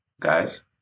Guys